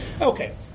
okay